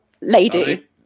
Lady